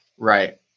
Right